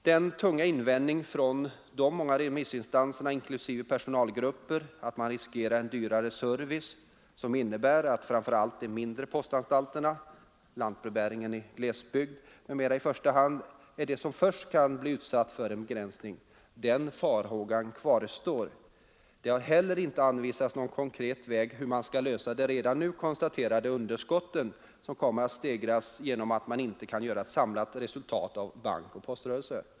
Den tunga invändningen från de många remissinstanserna, inklusive personalgrupperna, att man riskerar en dyrare service, som innebär att framför allt de mindre postanstalterna, lantbrevbäringen i glesbygd m.m. kan komma att bli utsatt för en begränsning, den farhågan kvarstår. Det har heller icke anvisats någon konkret väg hur man skall lösa frågan om de redan nu konstaterade underskotten, som kommer att stegras genom att man inte kan framlägga ett samlat resultat av bankoch poströrelse.